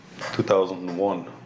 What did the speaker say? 2001